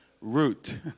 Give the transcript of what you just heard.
Root